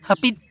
ᱦᱟᱹᱯᱤᱫ